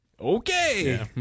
okay